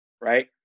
Right